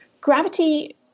Gravity